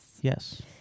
Yes